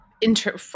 inter